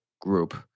group